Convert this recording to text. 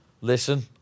listen